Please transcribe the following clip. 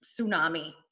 tsunami